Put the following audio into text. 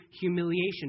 humiliation